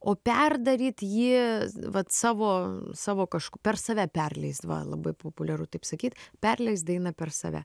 o perdaryt jį vat savo savo kažk per save perleist va labai populiaru taip sakyt perleist dainą per save